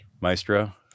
Maestro